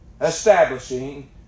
establishing